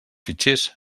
fitxers